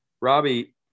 Robbie